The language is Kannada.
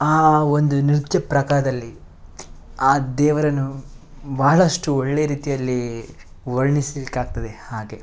ಆ ಒಂದು ನೃತ್ಯ ಪ್ರಕಾರದಲ್ಲಿ ಆ ದೇವರನ್ನು ಬಹಳಷ್ಟು ಒಳ್ಳೆಯ ರೀತಿಯಲ್ಲಿ ವರ್ಣಿಸಲಿಕ್ಕಾಗ್ತದೆ ಹಾಗೆ